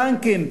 טנקים,